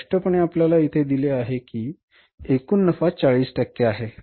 स्पष्टपणे आपल्याला येथे दिले आहे की एकूण नफा 40 टक्के आहे